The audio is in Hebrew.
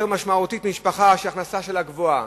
משמעותיים מאשר למשפחה שההכנסה שלה גבוהה,